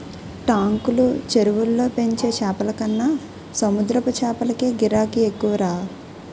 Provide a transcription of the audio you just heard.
టాంకులు, చెరువుల్లో పెంచే చేపలకన్న సముద్రపు చేపలకే గిరాకీ ఎక్కువరా